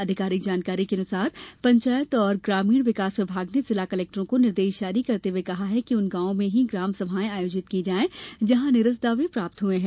आधिकारिक जानकारी के अनुसार पंचायत और ग्रामीण विकास विभाग ने जिला कलेक्टरों को निर्देश जारी करते हुए कहा है कि उन गाँव में ही ग्राम सभाएं आयोजित की जाए जहां निरस्त दावे प्राप्त हुए हैं